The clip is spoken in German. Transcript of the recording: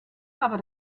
aber